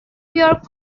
york